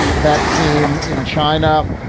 that team in china,